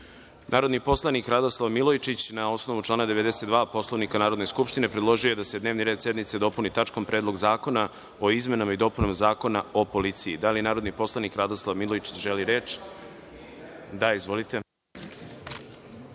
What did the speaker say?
predlog. Narodni poslanik Radoslav Milojičić na osnovu člana 92. Poslovnika Narodne skupštine predložio je da se dnevni red sednice dopuni tačkom Predlog zakona o izmenama i dopunama Zakona o policiji. Da li narodni poslanik Radoslav Milojičić želi reč? **Radoslav